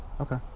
Okay